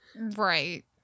right